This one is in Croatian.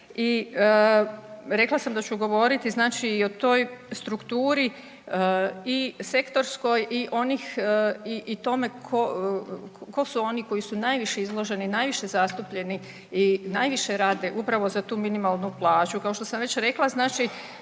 i rekla sam da ću govoriti znači i o toj strukturi i sektorskoj i onih i tome tko su oni koji su najviše izloženi, najviše zastupljeni i najviše rade upravo za tu minimalnu plaću. Kao što sam već rekla